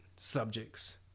subjects